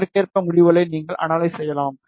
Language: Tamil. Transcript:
அதற்கேற்ப முடிவுகளை நீங்கள் அனலைஸ் செய்யலாம்